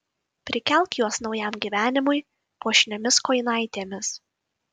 prikelk juos naujam gyvenimui puošniomis kojinaitėmis